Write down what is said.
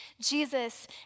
Jesus